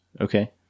Okay